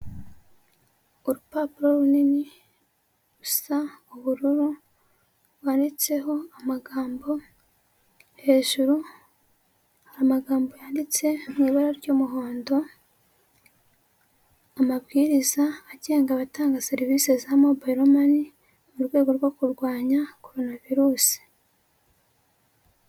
Urupapuro runini rusa ubururu, rwanditseho amagambo, hejuru hari amagambo yanditse mu ibara ry'umuhondo, amabwiriza agenga abatanga serivisi za mobayiro mani mu rwego rwo kurwanya korona virusi.